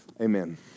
Amen